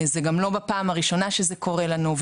זה גם לא בפעם הראשונה שזה קורה לנו,